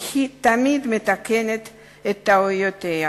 שהיא תמיד מתקנת את טעויותיה.